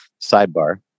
sidebar